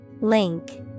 Link